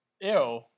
Ew